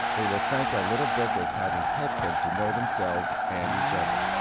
they will thank our little book, as having helped them to know themselves and each other.